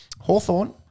Hawthorne